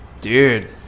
dude